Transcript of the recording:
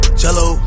cello